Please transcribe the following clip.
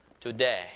today